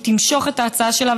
היא תמשוך את ההצעה שלה,